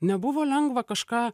nebuvo lengva kažką